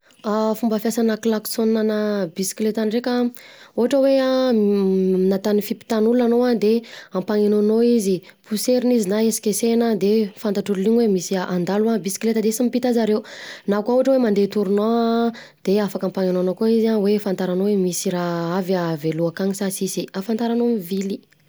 Fomba fiasana klaksona ana bisikeleta ndreka ohatra hoe aminà tany fimpitan'olona anao ana de ampanenonao izy poserina izy na hesikesehina, de fantatr'olona iny hoe misy an handalo bisikileta de sy mipita zareo, na koa ohatra hoe madeha tournant an de afaka hampanenonao koa izy an hoe: afantaranao misy raha avy avy aloha akany sa tsisy, afantaranao mivily.